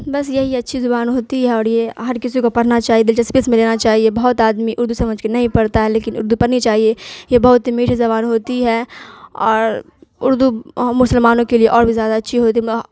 بس یہی اچھی زبان ہوتی ہے اور یہ ہر کسی کو پڑھنا چاہیے دلچسپی اس میں لینا چاہیے بہت آدمی اردو سمجھ کے نہیں پڑتا ہے لیکن اردو پڑھنی چاہیے یہ بہت ہی میٹھی زبان ہوتی ہے اور اردو مسلمانوں کے لیے اور بھی زیادہ اچھی ہوتی